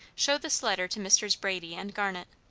show this letter to messrs. brady and garnet.